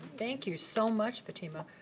thank you so much fatima.